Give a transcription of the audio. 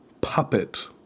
puppet